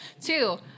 Two